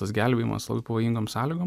tas gelbėjimas labai pavojingom sąlygom